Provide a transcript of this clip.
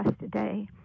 today